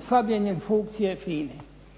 slabljenjem funkcije FINA-e.